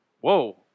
Whoa